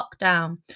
lockdown